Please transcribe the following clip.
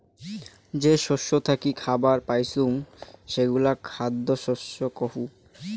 যে শস্য থাকি খাবার পাইচুঙ সেগুলা খ্যাদ্য শস্য কহু